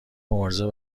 مبارزه